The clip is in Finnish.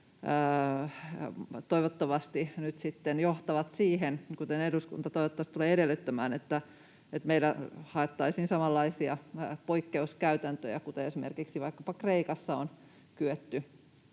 toivottavasti johtavat siihen, kuten eduskunta toivottavasti tulee edellyttämään, että meillä haettaisiin samanlaisia poikkeuskäytäntöjä kuin vaikkapa Kreikassa on kyetty